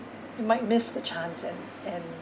you might miss the chance and and